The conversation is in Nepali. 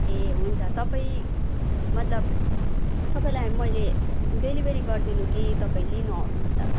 ए हुन्छ तपाईँ मतलब तपाईँलाई मैले डेलिभरी गरिदिनु कि तपाईँ लिनु आउनुहुन्छ